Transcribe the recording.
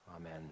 amen